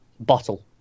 Bottle